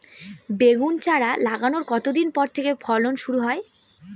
বেগুন চারা লাগানোর কতদিন পর থেকে ফলন শুরু হয়?